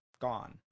gone